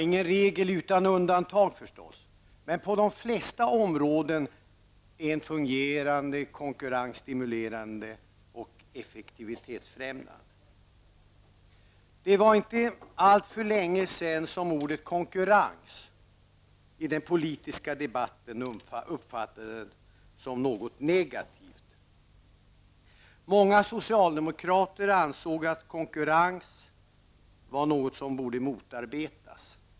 Ingen regel utan undantag förstås, men på de flesta områden är en fungerande konkurrens stimulerande och effektivitetsfrämjande. Det var inte alltför länge sedan som ordet konkurrens i den politiska debatten uppfattades som någonting negativt. Många socialdemokrater ansåg att konkurrens var något som borde motarbetas.